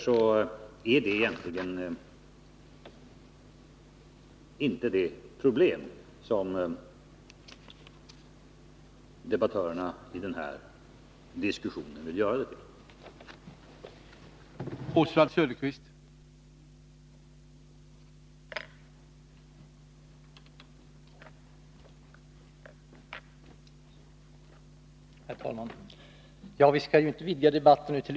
Det är därför egentligen inte det problem som debattörerna i den här diskussionen vill göra det till.